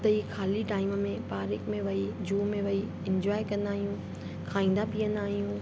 त ई ख़ाली टाइम में पारिक में वेई जू में वेई इंजॉए कंदा आहियूं खाईंदा पीअंदा आहियूं